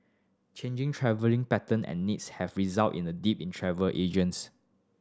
changing travelling pattern and needs have resulted in a dip in travel agents